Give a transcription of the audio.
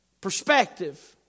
perspective